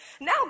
Now